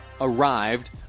arrived